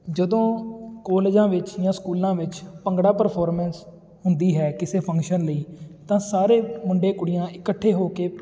ਜਦੋਂ ਕੋਲਜਾਂ ਵਿੱਚ ਜਾਂ ਸਕੂਲਾਂ ਵਿੱਚ ਭੰਗੜਾ ਪ੍ਰਫੋਰਮੈਂਸ ਹੁੰਦੀ ਹੈ ਕਿਸੇ ਫੰਕਸ਼ਨ ਲਈ ਤਾਂ ਸਾਰੇ ਮੁੰਡੇ ਕੁੜੀਆਂ ਇਕੱਠੇ ਹੋ ਕੇ